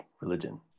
religion